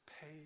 pay